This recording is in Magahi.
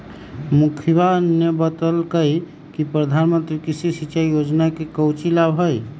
मुखिवा ने बतल कई कि प्रधानमंत्री कृषि सिंचाई योजना के काउची लाभ हई?